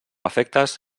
efectes